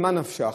ממה נפשך,